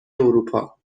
اروپا